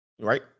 right